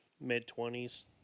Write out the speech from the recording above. mid-twenties